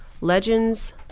Legends